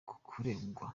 kuregwa